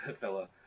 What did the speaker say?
fella